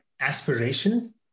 aspiration